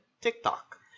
TikTok